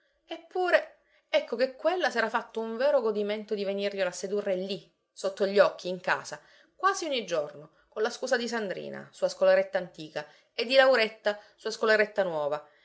eppure ecco che quella s'era fatto un vero godimento di venirglielo a sedurre lì sotto gli occhi in casa quasi ogni giorno con la scusa di sandrina sua scolaretta antica e di lauretta sua scolaretta nuova